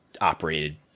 operated